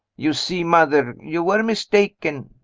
you see, mother, you were mistaken.